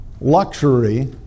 luxury